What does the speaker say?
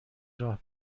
راه